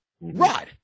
Rod